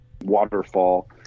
waterfall